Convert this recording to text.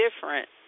different